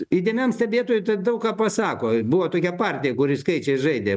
įdėmiam stebėtojui tai daug ką pasako buvo tokia partija kuri skaičiais žaidė